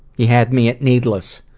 he had me at needless.